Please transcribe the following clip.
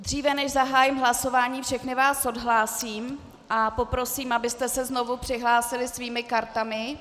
Dříve než zahájím hlasování, všechny vás odhlásím a poprosím, abyste se znovu přihlásili svými kartami.